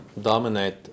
Dominate